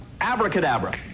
Abracadabra